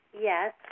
Yes